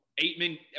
Aitman